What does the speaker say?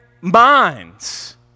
minds